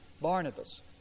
Barnabas